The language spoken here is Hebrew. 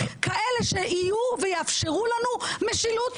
כאלה שיהיו ויאפשרו לנו משילות,